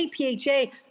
APHA